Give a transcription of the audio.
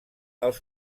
els